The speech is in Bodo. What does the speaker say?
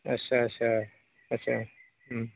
आस्सा आस्सा आस्सा